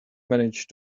manage